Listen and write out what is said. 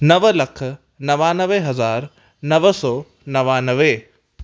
नव लख नवानवे हज़ार नव सौ नवानवे